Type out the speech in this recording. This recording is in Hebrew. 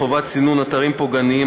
חובת סינון אתרים פוגעניים),